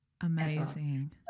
amazing